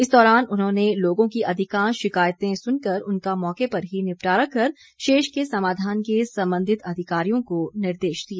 इस दौरान उन्होंने लोगों की अधिकांश शिकायते सुनकर उनका मौके पर ही निपटारा कर शेष के समाधान के संबंधित अधिकारियों को निर्देश दिए